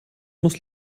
muss